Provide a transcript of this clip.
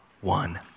one